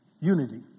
Unity